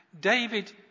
David